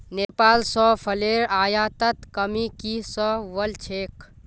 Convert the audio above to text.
नेपाल स फलेर आयातत कमी की स वल छेक